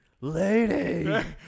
Lady